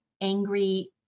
angry